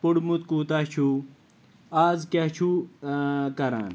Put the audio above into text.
پوٚرمُت کوٗتاہ چھُو آز کیٛاہ چھُو ٲں کَران